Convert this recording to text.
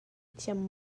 thiam